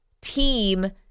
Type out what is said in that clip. team